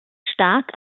stark